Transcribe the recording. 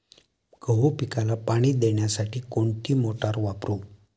गहू पिकाला पाणी देण्यासाठी कोणती मोटार वापरू?